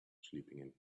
sleeping